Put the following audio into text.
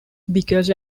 because